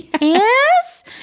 Yes